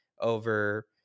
over